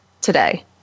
today